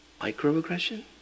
Microaggression